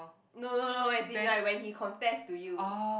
no no no as in like when he confessed to you